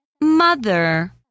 Mother